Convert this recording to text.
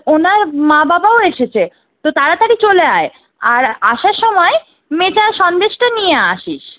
ওনার মা বাবাও এসেছে তো তাড়াতাড়ি চলে আয় আর আসার সময় মেচা সন্দেশটা নিয়ে আসিস